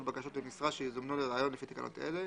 בקשות למשרה שיזומנו לריאיון לפי תקנות אלה,